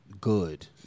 good